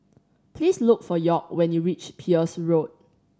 please look for York when you reach Peirce Road